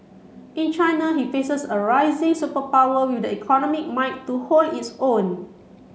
in China he faces a rising superpower with the economic might to hold its own